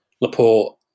Laporte